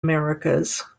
americas